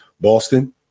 Boston